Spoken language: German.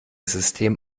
system